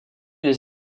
les